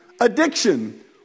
Addiction